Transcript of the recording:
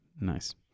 Nice